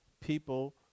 people